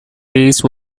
face